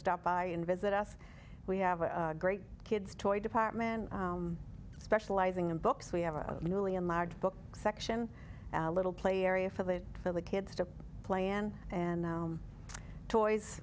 stop by and visit us we have a great kid's toy department specializing in books we have a million large book section a little play area for the for the kids to plan and toys